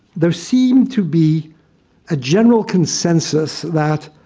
there seemed to be a general consensus that